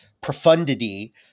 profundity